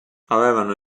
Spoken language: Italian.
avevano